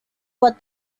what